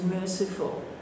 merciful